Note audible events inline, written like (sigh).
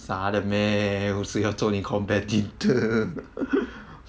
傻的 meh 谁要做你的 competitor (laughs)